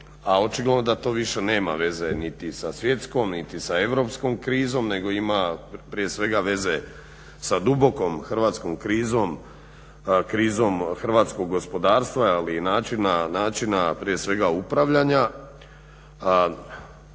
očigledno je da to više nema veze niti sa svjetskom niti sa europskom krizom nego ima prije svega veze sa dubokom hrvatskom krizom, krizom hrvatskog gospodarstva, ali i načina prije svega upravljanja.